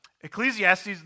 Ecclesiastes